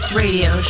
radio